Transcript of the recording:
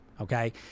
Okay